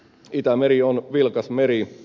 itämeri on vilkas meri